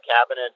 cabinet